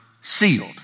sealed